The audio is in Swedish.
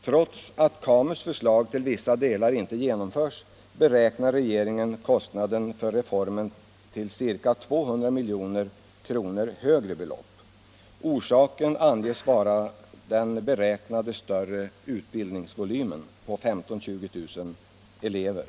Trots att KAMU:s förslag till vissa delar inte genomförs beräknar regeringen kostnaden för reformen till ett ca 200 milj.kr. högre belopp. Orsaken anges vara den väntade större utbildningsvolymen på 15 000-20 000 elever.